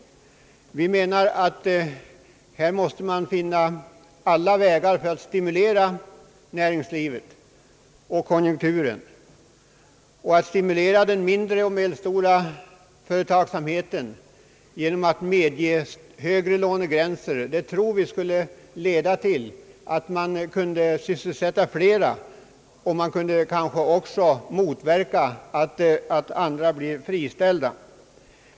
Enligt vår mening måste man på alla vägar söka stimulera näringslivet och konjunkturen, och om man stimulerar den mindre och medelstora företagsamheten genom att medge bättre lånemöjligheter tror vi att följden skulle bli sysselsättning åt flera, samtidigt som man kan motverka att andra blir friställda.